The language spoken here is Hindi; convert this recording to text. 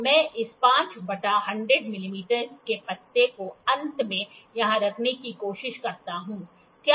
तो मैं इस 5 बटा 100 मिमी के पत्ते को अंत में यहाँ रखने की कोशिश करता हूँ